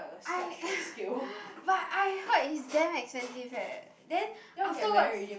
I but I heard it's damn expensive eh then afterwards